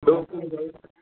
ॿियो कुझु ॿुधायो